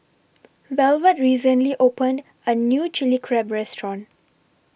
Velvet recently opened A New Chilli Crab Restaurant